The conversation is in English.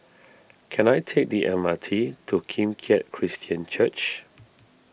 can I take the M R T to Kim Keat Christian Church